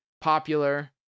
popular